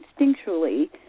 instinctually